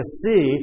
see